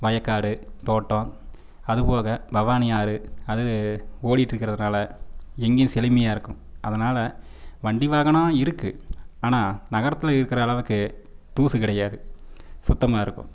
வயக்காடு தோட்டம் அதுபோக பவானி ஆறு அது ஓடிட்ருக்கிறதுனால எங்கேயும் செழுமையாக இருக்கும் அதனால் வண்டி வாகனம் இருக்குது ஆனால் நகரத்தில் இருக்கிற அளவுக்கு தூசு கிடையாது சுத்தமாக இருக்கும்